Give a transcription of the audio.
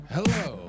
Hello